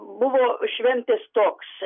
buvo šventės toks